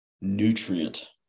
nutrient